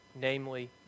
namely